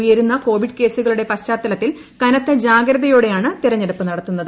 ഉയരുന്ന കോവിഡ് കേസുകളുടെ പശ്ചാത്തലത്തിൽ കനത്ത ജാഗ്രതയോടെയാണ് തിരഞ്ഞെടുപ്പ് നടത്തുന്നത്